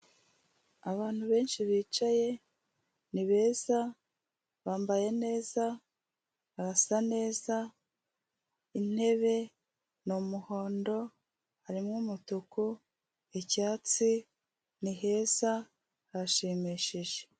Abantu benshi bicaye ni beza, bambaye neza, barasa neza, intebe ni umuhondo harimo: umutuku, icyatsi ni heza harashimishije.